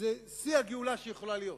זה שיא הגאולה שיכולה להיות.